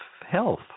health